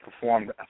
performed